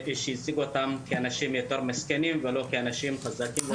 הציגו אותם כאנשים יותר מסכנים ולא כאנשים חזקים.